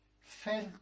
felt